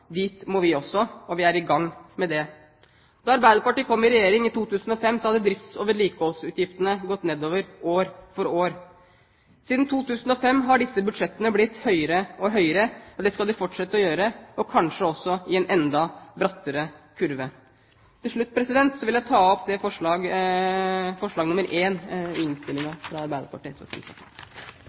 Dit må vi også, og vi er i gang med det. Da Arbeiderpartiet kom i regjering i 2005, hadde drifts- og vedlikeholdsutgiftene gått nedover år for år. Siden 2005 har disse budsjettene blitt høyere og høyere. Det skal de fortsette å gjøre – kanskje også i en enda brattere kurve. Til slutt vil jeg ta opp forslag nr. 1, fra Arbeiderpartiet, SV og Senterpartiet.